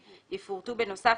יפורטו בנוסף,